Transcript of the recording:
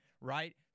right